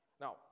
Now